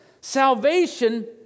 Salvation